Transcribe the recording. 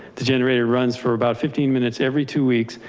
the generator runs for about fifteen minutes. every two weeks.